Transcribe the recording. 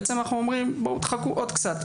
אנחנו אומרים: חכו עוד קצת.